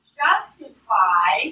justify